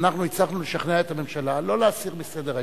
אנחנו הצלחנו לשכנע את הממשלה לא להסיר מסדר-היום,